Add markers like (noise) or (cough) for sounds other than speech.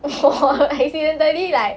我 (laughs) accidentally like